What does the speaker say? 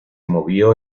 movió